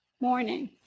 morning